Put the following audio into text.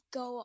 go